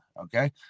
okay